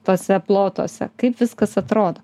tuose plotuose kaip viskas atrodo